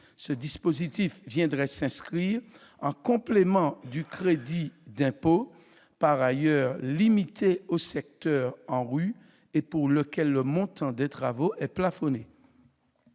Ce dispositif viendrait s'inscrire en complément du crédit d'impôt, par ailleurs limité au secteur ANRU et pour lequel le montant des travaux est plafonné.